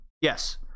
Yes